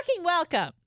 welcome